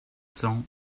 cents